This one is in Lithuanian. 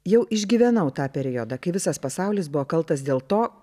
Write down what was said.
jau išgyvenau tą periodą kai visas pasaulis buvo kaltas dėl to